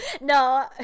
no